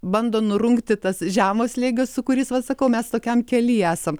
bando nurungti tas žemo slėgio sūkurys vat sakau mes tokiam kely esam